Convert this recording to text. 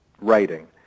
writing